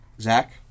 Zach